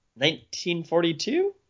1942